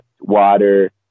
Water